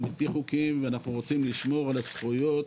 ואנחנו רוצים לשמור על הזכויות